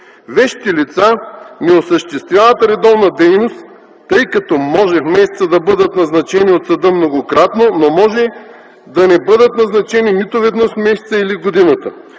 Вещите лица не осъществяват редовна дейност, тъй като в месеца може да бъдат назначени от съда многократно, но може да не бъдат назначени нито веднъж в месеца или в годината.